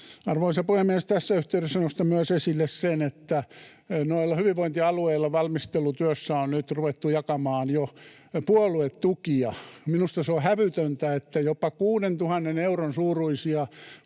Arvoisa puhemies! Tässä yhteydessä nostan myös esille sen, että noilla hyvinvointialueilla valmistelutyössä on nyt ruvettu jakamaan jo puoluetukia. Minusta se on hävytöntä, että valtuustopaikkaa